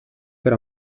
per